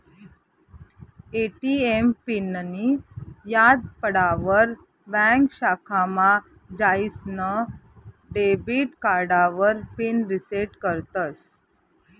ATM पिननीं याद पडावर ब्यांक शाखामा जाईसन डेबिट कार्डावर पिन रिसेट करतस